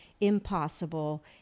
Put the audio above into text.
impossible